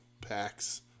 packs